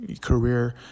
career